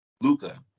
Luca